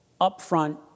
upfront